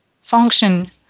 function